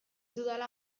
dudala